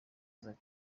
zari